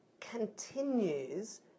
continues